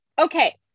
Okay